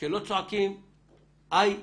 כשלא צועקים איי,